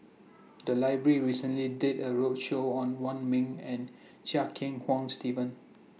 The Library recently did A roadshow on Wong Ming and Chia Kiah Hong Steve